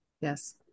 Yes